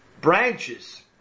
branches